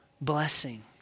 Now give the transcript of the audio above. blessing